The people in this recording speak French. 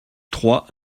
trois